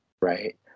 right